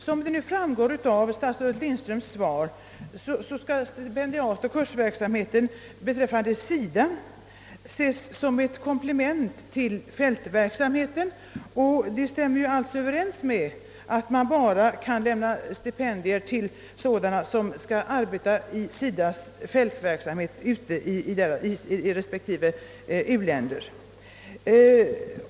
Som framgår av statsrådet fru Lindströms svar skall stipendiatoch kursverksamheten ses som ett komplement till SIDA:s fältverksamhet, vilket stämmer överens med bestämmelsen om att man bara kan lämna stipendier till sådana som kan delta i SIDA:s fältverksamhet i respektive u-länder.